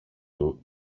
του